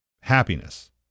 happiness